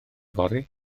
fory